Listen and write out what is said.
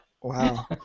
Wow